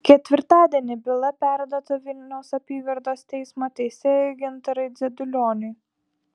ketvirtadienį byla perduota vilniaus apygardos teismo teisėjui gintarui dzedulioniui